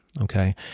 okay